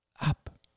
up